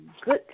good